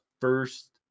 first